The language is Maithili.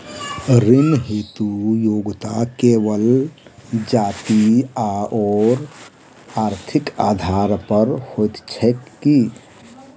ऋण हेतु योग्यता केवल जाति आओर आर्थिक आधार पर होइत छैक की?